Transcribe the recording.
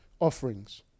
offerings